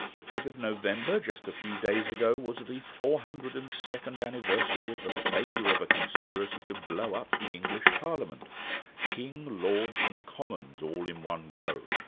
the fifth of november, just a few days ago, was the four hundred and second anniversary of the failure of a conspiracy to blow up the english parliament king, lords and commons all in one go.